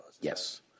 Yes